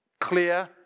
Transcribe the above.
clear